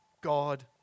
God